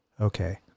Okay